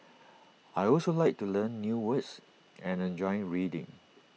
I also like to learn new words and I enjoy reading